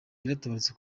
yaratabarutse